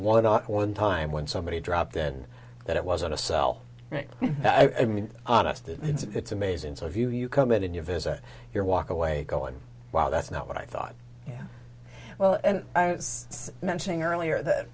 the one time when somebody dropped and that it wasn't a cell i mean honestly it's amazin so if you you come in and you visit your walk away going wow that's not what i thought yeah well and i was mentioning earlier that